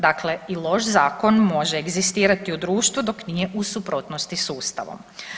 Dakle, i loš zakon može egzistirati u društvu dok nije u suprotnosti s Ustavom.